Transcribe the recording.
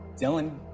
Dylan